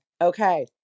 okay